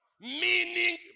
Meaning